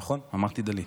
זה אחלה.